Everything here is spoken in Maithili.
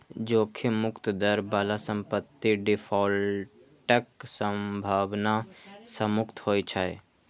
जोखिम मुक्त दर बला संपत्ति डिफॉल्टक संभावना सं मुक्त होइ छै